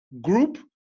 group